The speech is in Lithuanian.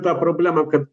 tą problemą kad